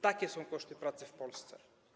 Takie są koszty pracy w Polsce.